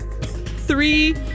three